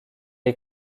est